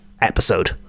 episode